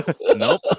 Nope